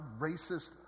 racist